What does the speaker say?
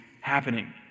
happening